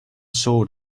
sort